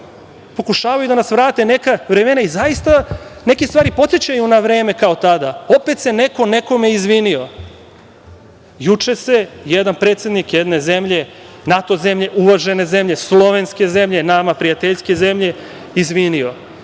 činjenice. Pokušavaju da nas vrate u neka vremena. Zaista neke stvari podsećaju na vreme kao tada. Opet se neko nekome izvinio. Juče se jedan predsednik jedne zemlje, NATO zemlje, uvažene zemlje, slovenske zemlje, nama prijateljske zemlje, izvinio.